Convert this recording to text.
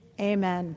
amen